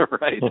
right